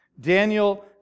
Daniel